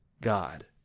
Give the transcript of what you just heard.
God